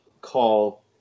call